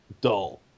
dull